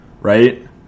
right